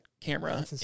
camera